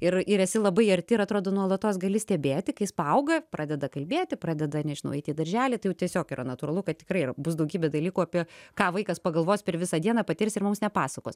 ir ir esi labai arti ir atrodo nuolatos gali stebėti kai jis paauga pradeda kalbėti pradeda nežinau eiti į darželį tai jau tiesiog yra natūralu kad tikrai yra bus daugybė dalykų apie ką vaikas pagalvos per visą dieną patirs ir mums nepasakos